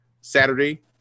Saturday